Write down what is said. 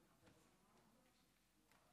שלוש דקות.